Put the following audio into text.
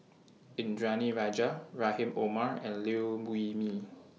Indranee Rajah Rahim Omar and Liew Wee Mee